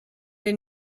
den